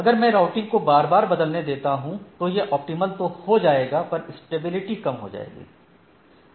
अगर मैं राउटिंग को बार बार बदलने देता हूं तो यह ऑप्टिमल तो हो जाएगा पर स्टेबिलिटी कम हो जाएगी